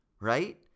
right